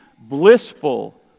blissful